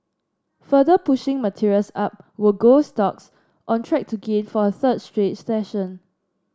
further pushing materials up were gold stocks on track to gain for a third straight session